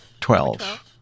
Twelve